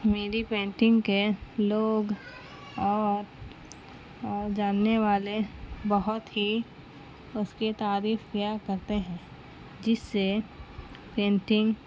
میری پینٹنگ کے لوگ اور اور جاننے والے بہت ہی اس کی تعریف کیا کرتے ہیں جس سے پینٹنگ